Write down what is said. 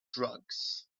drugs